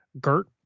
Gert